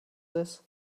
this